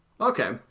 Okay